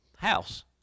house